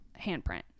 handprint